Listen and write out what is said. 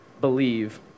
believe